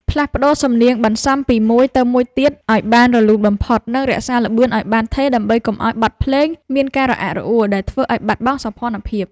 ផ្លាស់ប្តូរសំនៀងបន្សំពីមួយទៅមួយទៀតឱ្យបានរលូនបំផុត និងរក្សាល្បឿនឱ្យបានថេរដើម្បីកុំឱ្យបទភ្លេងមានការរអាក់រអួលដែលធ្វើឱ្យបាត់បង់សោភ័ណភាព។